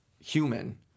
Human